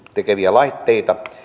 laitteita